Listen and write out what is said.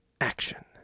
action